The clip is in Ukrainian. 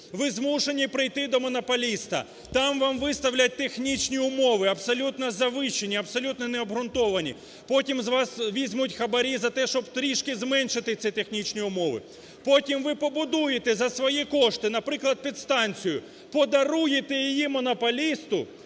ви змушені прийти до монополіста, там вам виставлять технічні умови, абсолютно завищені, абсолютно необґрунтовані, потім з вас візьмуть хабарі за те, щоб трішки зменшити ці технічні умови, потім ви побудуєте за свої кошти, наприклад, підстанцію, подаруєте її монополісту,